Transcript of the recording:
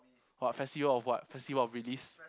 what festival of what festival of release